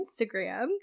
Instagram